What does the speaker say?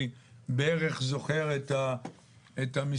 אני בערך זוכר את המספרים,